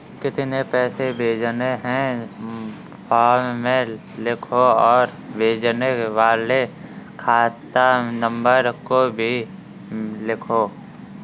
कितने पैसे भेजने हैं फॉर्म में लिखो और भेजने वाले खाता नंबर को भी लिखो